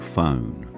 Phone